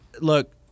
look